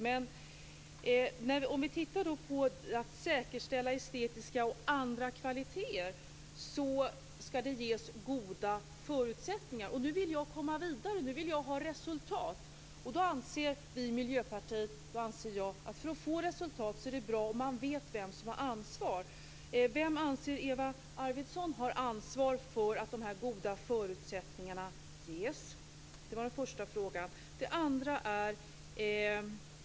Men när det gäller att säkerställa estetiska och andra kvaliteter skall det ges goda förutsättningar. Nu vill jag komma vidare. Nu vill jag ha resultat. Då anser vi i Miljöpartiet och då anser jag att för att få resultat är det bra om man vet vem som har ansvar. Vem anser Eva Arvidsson har ansvar för att de här goda förutsättningarna ges? Det var den första frågan. Den andra frågan följer här.